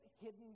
hidden